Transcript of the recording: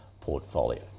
portfolio